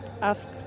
ask